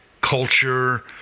culture